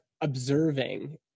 observing